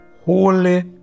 holy